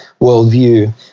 worldview